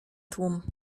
tłum